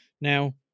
Now